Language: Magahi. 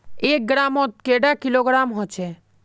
एक ग्राम मौत कैडा किलोग्राम होचे?